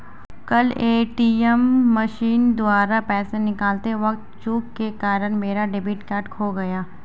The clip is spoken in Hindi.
कल ए.टी.एम मशीन द्वारा पैसे निकालते वक़्त चूक के कारण मेरा डेबिट कार्ड खो गया